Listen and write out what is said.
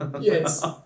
yes